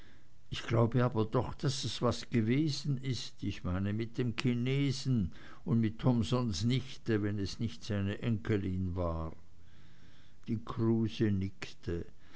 ich glaube aber doch daß es was gewesen ist ich meine mit dem chinesen und mit thomsens nichte wenn es nicht seine enkelin war die kruse nickte